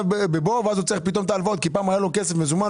בבור ואז צריך את ההלוואות כי פעם היה לו כסף מזומן,